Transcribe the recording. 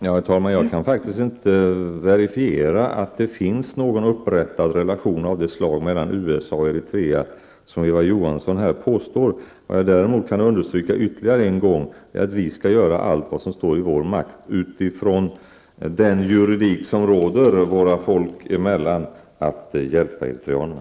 Herr talman! Jag kan faktiskt inte verifiera att det finns någon upprättad relation av det slag mellan USA och Eritrea som Eva Johansson här påstår. Vad jag däremot kan understryka ytterligare en gång är att vi skall göra allt vad som står i vår makt utifrån den juridik som råder våra folk emellan att hjälpa eritreanerna.